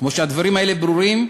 כמו שהדברים האלה ברורים,